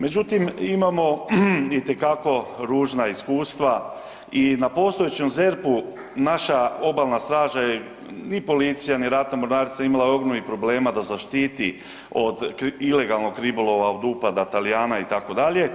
Međutim, imamo itekako ružna iskustva i na postojećem ZERP-u naša obalna straža i policija i ratna mornarica imala je ogromnih problema da zaštiti od ilegalnog ribolova, od upada Talijana itd.